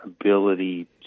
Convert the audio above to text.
ability